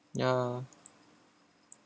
ya